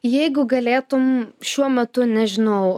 jeigu galėtum šiuo metu nežinau